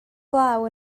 glaw